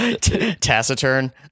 Taciturn